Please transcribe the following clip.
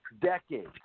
decades